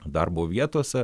darbo vietose